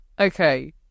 Okay